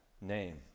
name